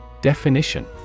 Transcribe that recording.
Definition